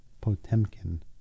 Potemkin